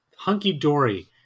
hunky-dory